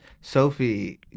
Sophie